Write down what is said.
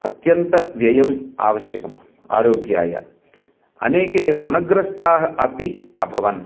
अत्यन्तं व्ययम् आवश्यकम् आरोग्याय अनेके ऋणग्रस्ताः अपि अभवन्